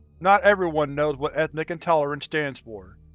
not everyone knows what ethnic intolerance stands for.